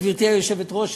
גברתי היושבת-ראש,